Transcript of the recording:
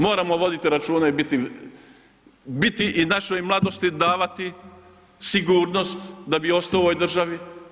Moramo voditi računa i biti, biti i našoj mladosti davati sigurnost da bi ostao u ovoj državi.